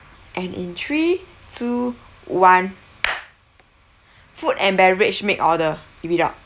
and in three two one food and beverage make order read out